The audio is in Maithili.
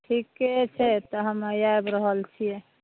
ठीके छै तऽ हम हे आबि रहल छियै